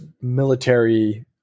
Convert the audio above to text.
military